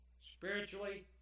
Spiritually